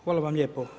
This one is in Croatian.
Hvala vam lijepo.